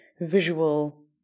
visual